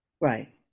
Right